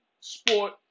sport